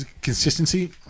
Consistency